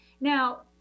Now